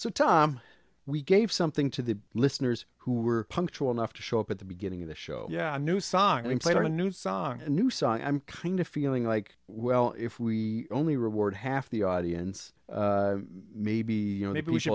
so tom we gave something to the listeners who were punctual enough to show up at the beginning of the show yeah a new song we played on a new song a new song i'm kind of feeling like well if we only reward half the audience maybe you know maybe we should